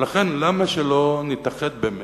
ולכן למה שלא נתאחד באמת?